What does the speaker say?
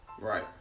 Right